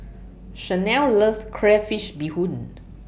Shanell loves Crayfish Beehoon